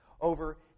Over